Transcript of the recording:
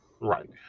right